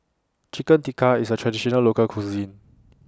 Chicken Tikka IS A Traditional Local Cuisine